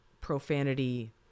profanity